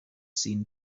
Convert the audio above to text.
seen